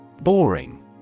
Boring